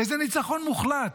איזה ניצחון מוחלט?